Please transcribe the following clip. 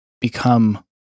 become